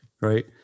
Right